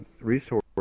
resource